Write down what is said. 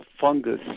fungus